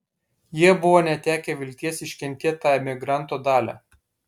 jie buvo netekę vilties iškentėt tą emigranto dalią